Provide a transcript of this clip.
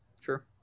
sure